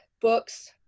books